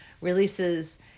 releases